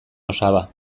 osaba